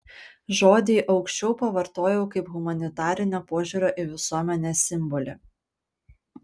žodį aukščiau pavartojau kaip humanitarinio požiūrio į visuomenę simbolį